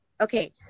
Okay